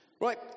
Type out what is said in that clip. Right